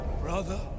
brother